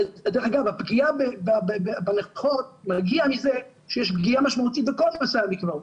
דרך אגב הפגיעה נובעת מזה שיש פגיעה משמעותית בכל נושא המקוואות.